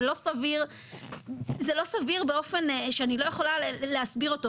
זה לא סביר באופן שאני לא יכולה להסביר אותו.